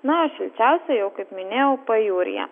na o šilčiausia jau kaip minėjau pajūryje